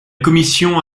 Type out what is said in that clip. commission